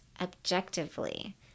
objectively